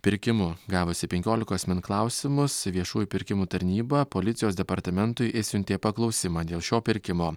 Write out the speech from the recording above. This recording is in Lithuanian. pirkimu gavusi penkiolikos min klausimus viešųjų pirkimų tarnyba policijos departamentui išsiuntė paklausimą dėl šio pirkimo